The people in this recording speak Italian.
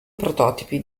prototipi